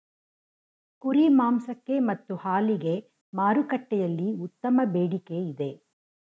ಕುರಿ ಮಾಂಸಕ್ಕೆ ಮತ್ತು ಹಾಲಿಗೆ ಮಾರುಕಟ್ಟೆಯಲ್ಲಿ ಉತ್ತಮ ಬೇಡಿಕೆ ಇದೆ